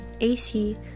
AC